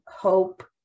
hope